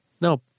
No